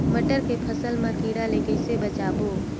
मटर के फसल मा कीड़ा ले कइसे बचाबो?